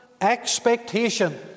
expectation